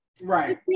Right